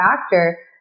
factor